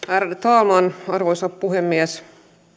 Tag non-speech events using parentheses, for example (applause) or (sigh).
(unintelligible) ärade talman arvoisa puhemies